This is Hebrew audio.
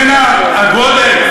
איננה הגודל,